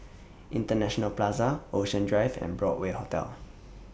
International Plaza Ocean Drive and Broadway Hotel